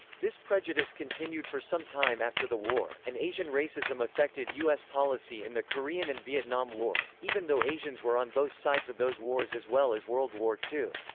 this prejudice continued for some time after the war, and asian racism affected u s. policy in the korean and vietnam wars, even though asians were on both sides of those wars as well as world war ii.